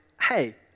hey